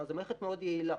זאת אומרת, זו מערכת מאוד יעילה